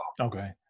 Okay